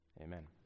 Amen